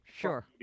Sure